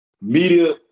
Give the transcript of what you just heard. media